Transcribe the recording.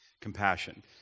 Compassion